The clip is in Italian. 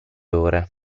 ore